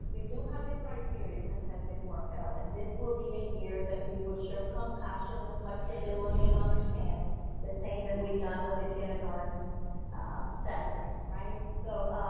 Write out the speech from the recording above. like we do have the criteria that has been worked out and this will be a year that we would show compassion and flexibility and understanding the same that we've done with the kindergarten staggered, right. so,